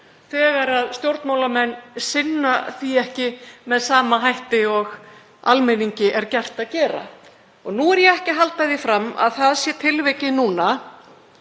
þegar stjórnmálamenn sinna því ekki með sama hætti og almenningi er gert að gera. Nú er ég ekki að halda því fram að það sé tilvikið núna